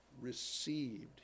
received